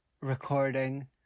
recording